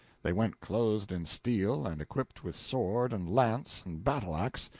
they went clothed in steel and equipped with sword and lance and battle-axe,